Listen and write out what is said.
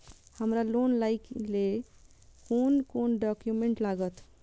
हमरा लोन लाइले कोन कोन डॉक्यूमेंट लागत?